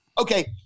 Okay